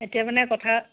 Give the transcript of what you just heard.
এতিয়া মানে কথা